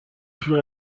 plus